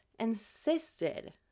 insisted